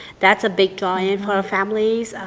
that's a big draw in for our families.